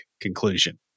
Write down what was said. conclusion